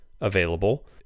available